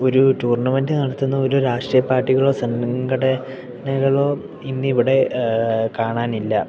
ഒരു ടൂർണമെൻ്റ് നടത്തുന്ന ഒരു രാഷ്ട്രീയ പാർട്ടികളോ സംഘടനകളോ ഇന്നിവിടെ കാണാനില്ല